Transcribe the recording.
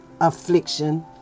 affliction